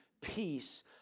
peace